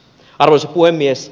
arvoisa puhemies